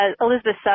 Elizabeth